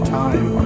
time